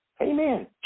Amen